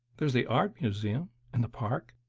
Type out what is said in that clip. there's the art museum in the park,